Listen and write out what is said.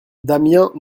damiens